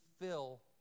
fill